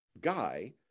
guy